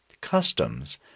customs